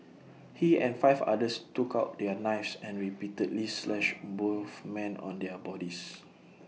he and five others took out their knives and repeatedly slashed both men on their bodies